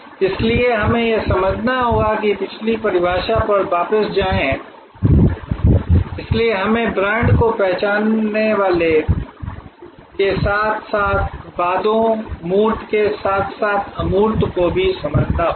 इसलिए हमें यह समझना होगा कि पिछली परिभाषा पर वापस जाएं इसलिए हमें ब्रांड को पहचानने वालों के साथ साथ वादों मूर्त के साथ साथ अमूर्त को भी समझना होगा